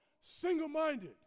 single-minded